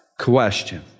question